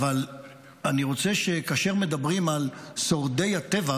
אבל אני רוצה, כאשר מדברים על שורדי הטבח,